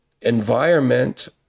environment